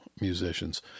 musicians